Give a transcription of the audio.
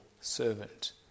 servant